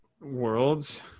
Worlds